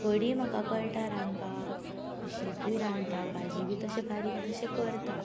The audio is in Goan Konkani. कडी म्हाका कळटा रांदपाक शितूय रांदता भाजी बी तशें बारीक बीन तशे करता